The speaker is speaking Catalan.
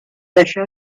això